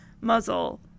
muzzle